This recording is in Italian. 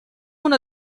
uno